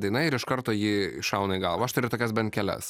daina ir iš karto ji šauna į galvą aš turiu tokias bent kelias